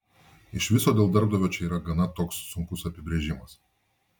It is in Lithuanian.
iš viso dėl darbdavio čia yra gana toks sunkus apibrėžimas